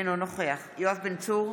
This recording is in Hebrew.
אינו נוכח יואב בן צור,